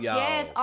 yes